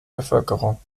bevölkerung